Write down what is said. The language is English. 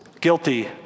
guilty